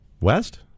west